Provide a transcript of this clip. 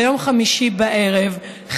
ביום חמישי בערב,